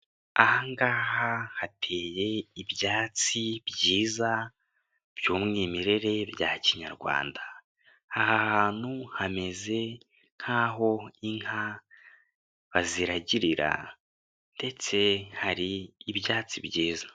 Aha ngaha hateye ibyatsi byiza by'umwimerere bya kinyarwanda, aha hantu hameze nk'aho inka baziragirira ndetse hari ibyatsi byiza.